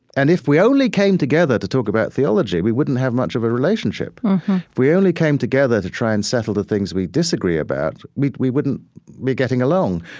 and if we only came together to talk about theology, we wouldn't have much of a relationship. if we only came together to try and settle the things we disagree about, we we wouldn't be getting along.